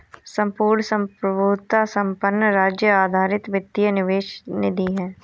संपूर्ण संप्रभुता संपन्न राज्य आधारित वित्तीय निवेश निधि है